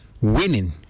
winning